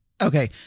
Okay